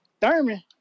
Thurman